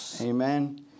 amen